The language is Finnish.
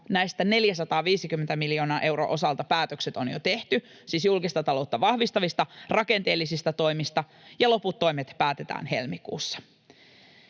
Näistä 450 miljoonan euron osalta päätökset on jo tehty, siis julkista taloutta vahvistavista rakenteellisista toimista, ja loput toimet päätetään helmikuussa.